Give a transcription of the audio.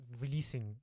releasing